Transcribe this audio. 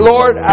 Lord